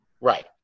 Right